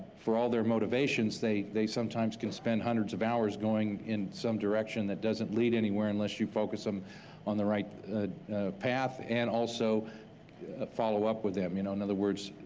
for all their motivations, they they sometimes can spend one hundred s of hours going in some direction that doesn't lead anywhere unless you focus them on the right path, and also follow up with them. you know in other words,